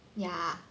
ya